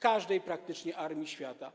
praktycznie w każdej armii świata.